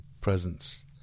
presence